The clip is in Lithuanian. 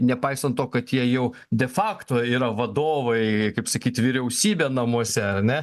nepaisant to kad jie jau de fakto yra vadovai kaip sakyti vyriausybė namuose ar ne